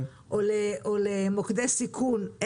או למוקדי סיכון,